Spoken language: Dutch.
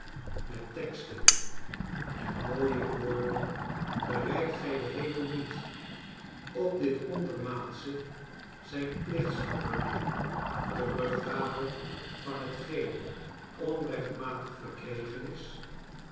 met teksten en mooie woorden bereikt gij den hemel niet op dit ondermaansche zijn plichtsvervulling teruggave van hetgeen onrechtmatig verkregen is